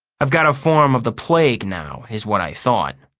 i've got a form of the plague now, is what i thought.